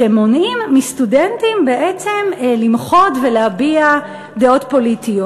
ומונעים מסטודנטים בעצם למחות ולהביע דעות פוליטיות.